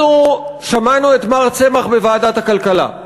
אנחנו שמענו את מר צמח בוועדת הכלכלה,